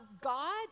God